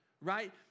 right